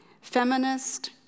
feminist